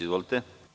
Izvolite.